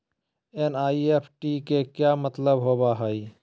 NEFT के का मतलव होव हई?